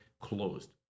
closed